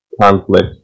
conflict